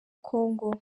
congo